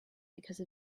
because